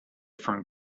from